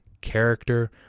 character